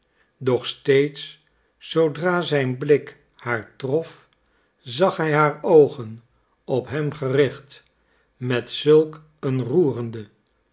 doch steeds zoodra zijn blik haar trof zag hij haar oogen op hem gericht met zulk een roerende